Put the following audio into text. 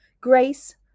Grace